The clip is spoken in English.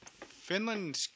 Finland